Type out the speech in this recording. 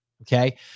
Okay